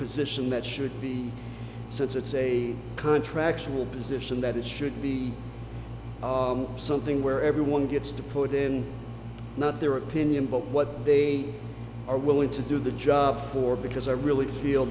position that should be so it's a contract will position that it should be something where everyone gets to put in not their opinion but what they are willing to do the job for because i really feel